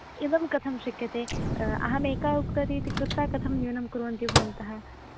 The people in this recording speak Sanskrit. एवं कथं शक्यते अहम् एका उक्तवती इति कृत्वा कथं न्यूनं कुर्वन्ति भवन्तः